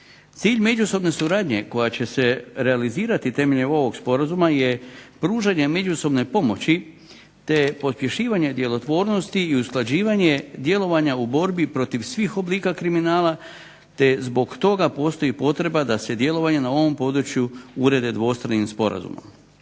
Cilj međusobne suradnje koja će se realizirati temeljem ovog sporazuma je pružanje međusobne pomoći, te pospješivanje djelotvornosti i usklađivanje djelovanja u borbi protiv svih oblika kriminala, te zbog toga postoji potreba da se djelovanje na ovom području urede dvostranim sporazumom.